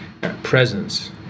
presence